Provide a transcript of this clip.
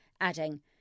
adding